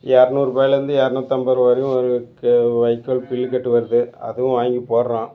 எரநூறுபாயிலேருந்து எரநூற்றைம்பதுருபா வரையும் இருக்குது வைக்கோல் புல்லுக் கட்டு வருது அதுவும் வாங்கிப் போடுறோம்